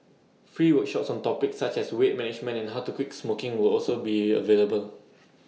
free workshops on topics such as weight management and how to quit smoking will also be available